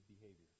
behavior